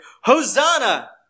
Hosanna